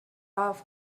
love